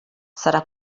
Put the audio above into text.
serà